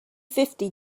fifty